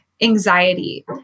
anxiety